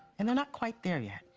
and they're not quite there yet.